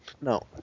No